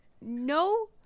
no